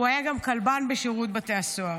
הוא היה גם כלבן בשירות בתי הסוהר.